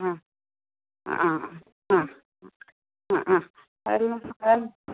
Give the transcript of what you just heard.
ആ ആ ആ ആ ആ